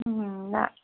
ना